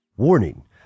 Warning